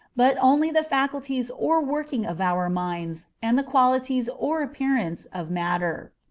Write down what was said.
but only the faculties or working of our minds, and the qualities or appearance of matter.